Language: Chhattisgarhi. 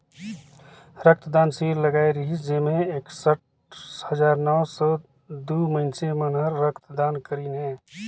रक्त दान सिविर लगाए रिहिस जेम्हें एकसठ हजार नौ सौ दू मइनसे मन हर रक्त दान करीन हे